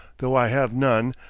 though i have none,